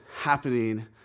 happening